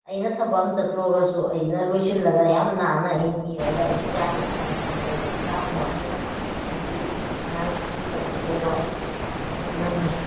ꯑꯩꯅ ꯊꯕꯛ ꯑꯃ ꯆꯠꯇꯧꯔꯒꯁꯨ ꯑꯩꯅ ꯂꯣꯏꯁꯤꯜꯂꯒ ꯌꯥꯝ ꯅꯥꯟꯅ ꯑꯩ ꯀꯦꯔꯒ ꯑꯩ ꯒ꯭ꯌꯥꯁꯁꯤ ꯊꯣꯡꯕ ꯃꯇꯝꯗ ꯑꯩ ꯈꯨꯠ ꯁꯥ ꯃꯣꯠꯇ꯭ꯔꯦ ꯑꯗꯨꯗꯒꯤ ꯑꯉꯥꯡ ꯁ꯭ꯀꯨꯟ ꯆꯠꯄ ꯑꯣꯏꯔꯣ ꯑꯗꯨꯝ ꯅꯪꯉꯦ